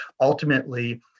ultimately